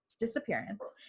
disappearance